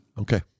Okay